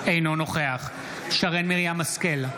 אינו נוכח שרן מרים השכל,